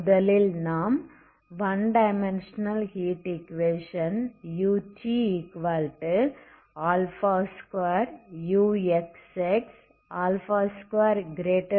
முதலில் நாம் 1 dimensional heat equation 20 x∈R ஐ கன்சிடர் பண்ணவேண்டும்